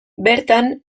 bertan